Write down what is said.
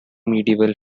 medieval